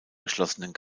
geschlossenen